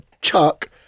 chuck